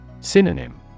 Synonym